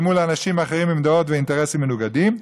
מול אנשים אחרים עם דעות ועם אינטרסים מנוגדים,